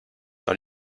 dans